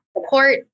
support